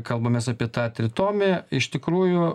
kalbamės apie tą tritomį iš tikrųjų